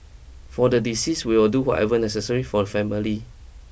for the deceased we will do whatever necessary for a family